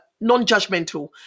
non-judgmental